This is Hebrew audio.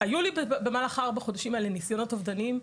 היו לי במהלך ארבעת החודשים האלה ניסיונות אובדניים.